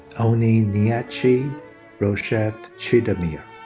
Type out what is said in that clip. onyinyechi roshed chidomere.